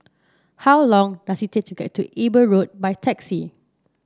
how long does it take to get to Eber Road by taxi